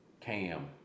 CAM